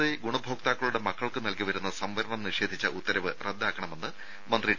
I ഗുണഭോക്താക്കളുടെ മക്കൾക്ക് നൽകി വന്ന സംവരണം നിഷേധിച്ച ഉത്തരവ് റദ്ദാക്കണമെന്ന് മന്ത്രി ടി